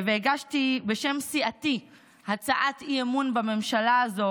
והגשתי בשם סיעתי הצעת אי-אמון בממשלה הזו